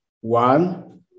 One